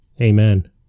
Amen